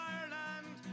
Ireland